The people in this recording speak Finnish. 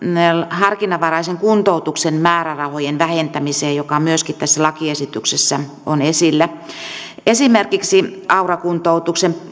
harkinnanvaraisen kuntoutuksen määrärahojen vähentämiseen joka myöskin tässä lakiesityksessä on esillä esimerkiksi aura kuntoutuksen